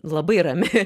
labai rami